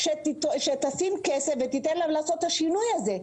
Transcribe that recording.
שתשים כסף ותיתן להם לעשות את השינוי הזה.